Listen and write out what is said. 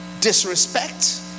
disrespect